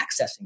accessing